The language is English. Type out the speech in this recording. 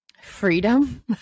freedom